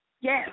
Yes